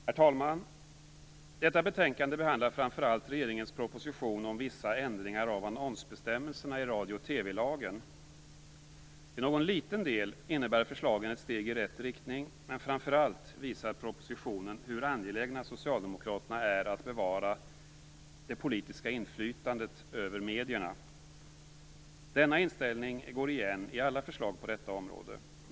Herr talman! Detta betänkande behandlar framför allt regeringens proposition om vissa ändringar av annonsbestämmelserna i radio och TV-lagen. Till någon liten del innebär förslagen ett steg i rätt riktning, men framför allt visar propositionen hur angelägna socialdemokraterna är att bevara det politiska inflytandet över medierna. Denna inställning går igen i alla förslag på detta område.